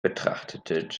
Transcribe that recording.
betrachtet